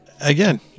again